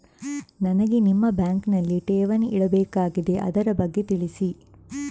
ನನಗೆ ನಿಮ್ಮ ಬ್ಯಾಂಕಿನಲ್ಲಿ ಠೇವಣಿ ಇಡಬೇಕಾಗಿದೆ, ಅದರ ಬಗ್ಗೆ ತಿಳಿಸಿ